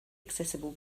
accessible